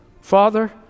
Father